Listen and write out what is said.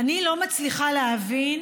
אני לא מצליחה להבין